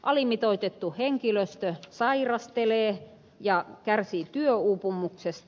alimitoitettu henkilöstö sairastelee ja kärsii työuupumuksesta